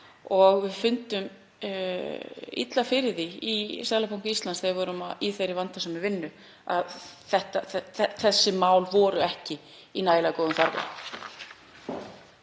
og við fundum illa fyrir því í Seðlabanka Íslands þegar við vorum í þeirri vandasömu vinnu að þessi mál voru ekki í nægilega góðum farvegi.